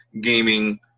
gaming